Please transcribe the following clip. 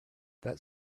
that